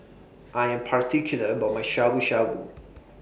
I Am particular about My Shabu Shabu